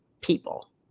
people